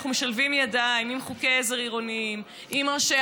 אנחנו משלבים ידיים בחוקי עזר עירוניים עם ראשי